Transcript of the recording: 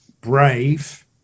brave